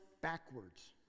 backwards